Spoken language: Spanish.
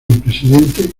presidente